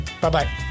Bye-bye